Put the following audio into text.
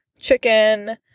chicken